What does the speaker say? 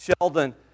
Sheldon